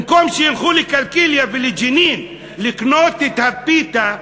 במקום שילכו לקלקיליה ולג'נין לקנות את הפיתה,